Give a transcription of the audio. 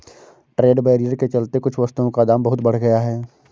trade barrier के चलते कुछ वस्तुओं का दाम बहुत बढ़ गया है